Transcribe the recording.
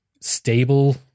stable